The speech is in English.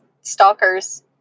stalkers